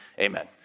amen